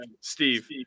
Steve